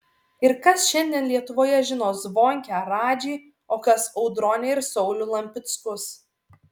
ir kas šiandien lietuvoje žino zvonkę ar radžį o kas audronę ir saulių lampickus